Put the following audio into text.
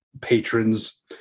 patrons